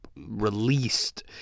released